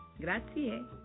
Grazie